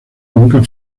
nunca